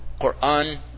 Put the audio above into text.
Quran